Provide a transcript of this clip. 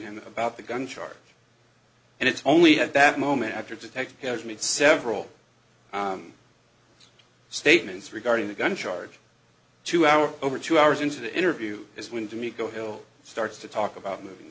him about the gun charge and it's only at that moment after detective has made several statements regarding the gun charge to our over two hours into the interview is when to me go hill starts to talk about movi